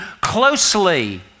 closely